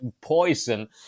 poison